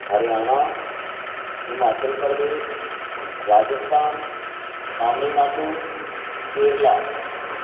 Haryana Himachal Pradesh Rajasthan Tamil Nadu Kerala